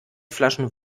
flaschen